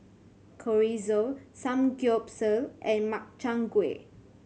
Chorizo Samgyeopsal and Makchang Gui